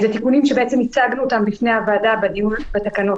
אלה תיקונים שבעצם הצגנו אותם בפני הוועדה בדיון בתקנות.